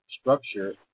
structure